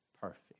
perfect